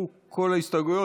נמשכו כל ההסתייגויות.